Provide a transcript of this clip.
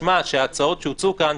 נשמע שההצעות שהוצעו כאן,